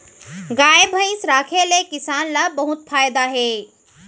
गाय भईंस राखे ले किसान ल बहुत फायदा हे